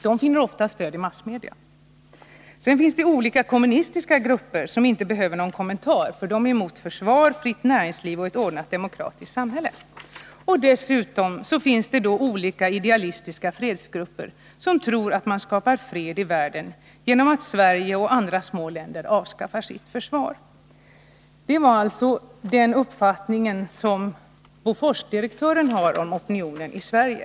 De finner ofta stöd i massmedia, säger han. De olika kommunistiska grupperna — fortfarande enligt direktören för Bofors — behöver inte någon kommentar, för de är emot försvar, fritt näringsliv och ett ordnat demokratiskt samhälle. Dessutom finns det olika idealistiska fredsgrupper som tror att man skapar fred i världen genom att Sverige och andra små länder avskaffar sitt försvar. Detta var den uppfattning som Boforsdirektören har om opinionen i Sverige.